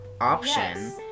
option